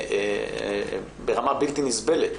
ברמה בלתי נסבלת.